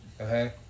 Okay